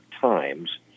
Times